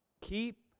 Keep